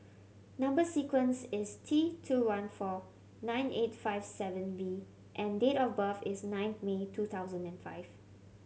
number sequence is T two one four nine eight five seven V and date of birth is nine May two thousand and five